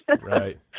Right